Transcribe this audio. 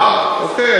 אוקיי.